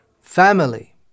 family